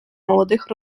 молодих